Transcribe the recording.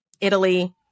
Italy